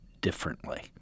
differently